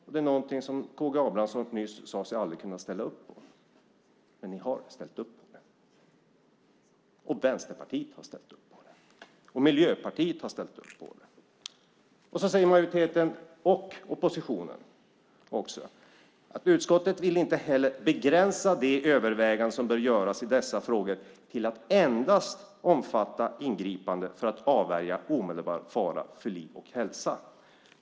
Det är någonting som K G Abramsson nyss sade sig aldrig kunna ställa upp på. Men ni har ställt upp på det, och Vänsterpartiet och Miljöpartiet har ställt upp på det. Sedan säger majoriteten, även oppositionen: "Utskottet vill inte heller begränsa de överväganden som bör göras i dessa frågor till att endast omfatta ingripanden för att avvärja omedelbar fara för liv och hälsa."